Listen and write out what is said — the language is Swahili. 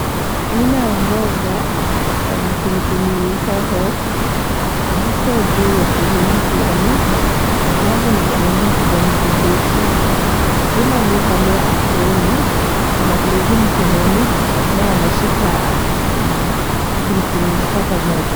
Aina ya mboga, pilipili hoho ziko juu ya sehemu fulani navyo ni vya rangi ya kijani kibichi. Yule aliyevalia aproni, ana glovu mkononi, naye anashika pilipili hoho moja.